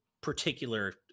particular